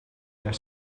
their